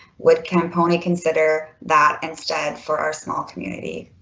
would camponi consider that instead for our small community?